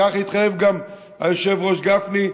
כך התחייב גם היושב-ראש גפני,